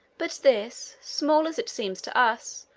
but this, small as it seems to us,